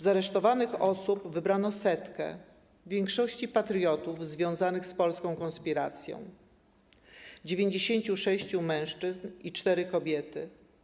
Z aresztowanych osób wybrano 100, w większości patriotów związanych z polską konspiracją - 96 mężczyzn i 4 kobiety.